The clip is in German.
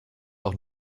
auch